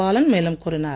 பாலன் மேலும் கூறினார்